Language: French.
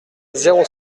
zéro